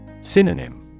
Synonym